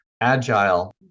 agile